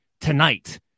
tonight